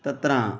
तत्र